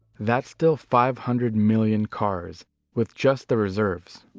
that's still five hundred million cars with just the reserves.